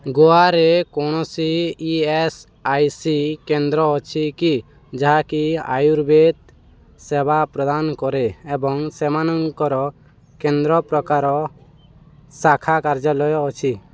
ଗୋଆରେ କୌଣସି E S I C କେନ୍ଦ୍ର ଅଛି କି ଯାହାକି ଆୟୁର୍ବେଦ ସେବା ପ୍ରଦାନ କରେ ଏବଂ ସେମାନଙ୍କର କେନ୍ଦ୍ର ପ୍ରକାର ଶାଖା କାର୍ଯ୍ୟାଳୟ ଅଛି